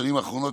בשנים האחרונות,